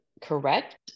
correct